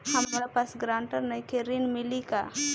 हमरा पास ग्रांटर नईखे ऋण मिली का?